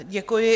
Děkuji.